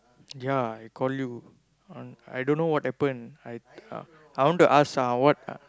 ya I call you I don't know what happen I ah I want to ask ah what